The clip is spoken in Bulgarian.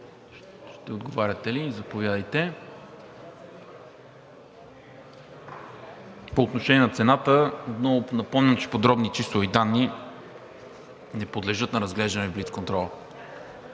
ще отговорите ли? Заповядайте. По отношение на цената напомням, че подробни числови данни не подлежат на разглеждане в блицконтрола.